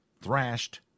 thrashed